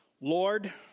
Lord